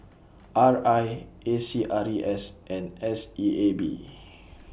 R I A C R E S and S E A B